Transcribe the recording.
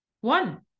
One